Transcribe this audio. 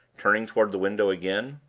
turning toward the window again.